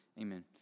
Amen